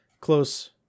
close